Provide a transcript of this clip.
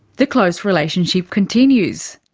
the close relationship continues.